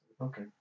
Okay